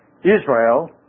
Israel